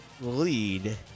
lead